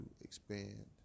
expand